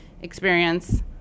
experience